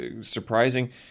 Surprising